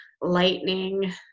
lightning